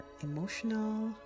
emotional